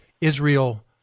Israel